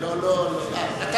אני רוצה.